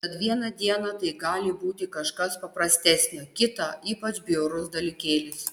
tad vieną dieną tai gali būti kažkas paprastesnio kitą ypač bjaurus dalykėlis